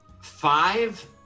five